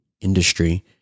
industry